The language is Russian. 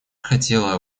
хотела